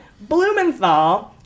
Blumenthal